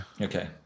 Okay